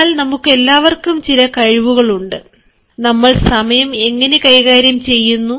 എന്നാൽ നമുക്കെല്ലാവർക്കും ചില കഴിവുകൾ ഉണ്ട് നമ്മൾ സമയം എങ്ങനെ കൈകാര്യം ചെയ്യുന്നു